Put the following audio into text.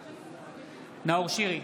נגד נאור שירי,